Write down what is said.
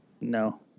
No